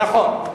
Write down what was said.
נכון.